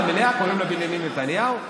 שבדיוק נכנס למליאה קוראים לו בנימין נתניהו.